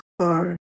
car